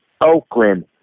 Oakland